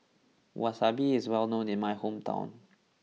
Wasabi is well known in my hometown